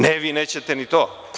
Ne, vi nećete ni to.